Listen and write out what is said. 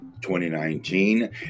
2019